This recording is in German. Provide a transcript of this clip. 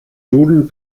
duden